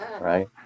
right